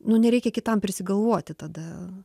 nu nereikia kitam prisigalvoti tada